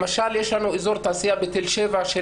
למשל יש לנו אזור תעשייה בתל שבע של